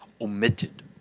omitted